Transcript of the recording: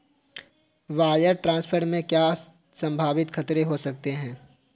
Wire transfer में क्या क्या संभावित खतरे हो सकते हैं?